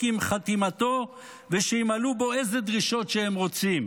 עם חתימתו ושימלאו בו איזה דרישות שהם רוצים.